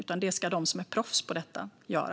Den ska de som är proffs på detta göra.